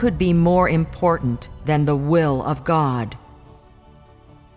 could be more important than the will of god